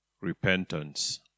repentance